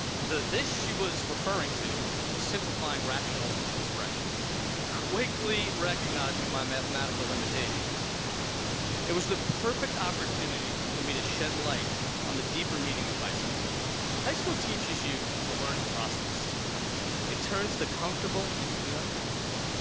the this she was referring to was simplifying rational expressions quickly recognizing my mathematical limitations it was the perfect opportunity for me to shed light on the deeper meaning of high school high school teaches you the learning process it turns the comfortable into the uncomfortable.